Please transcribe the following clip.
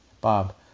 Bob